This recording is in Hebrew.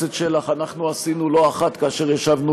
שאנחנו עשינו לא אחת, חבר הכנסת שלח, כשישבנו